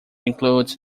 includes